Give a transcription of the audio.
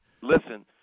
Listen